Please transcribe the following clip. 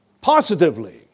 Positively